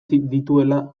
dituela